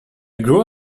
grew